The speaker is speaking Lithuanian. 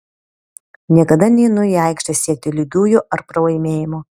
niekada neinu į aikštę siekti lygiųjų ar pralaimėjimo